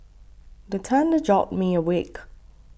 the thunder jolt me awake